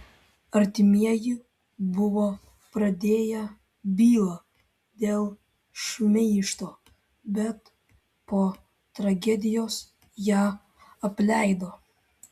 artimieji buvo pradėję bylą dėl šmeižto bet po tragedijos ją apleido